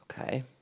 okay